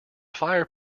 fire